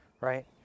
right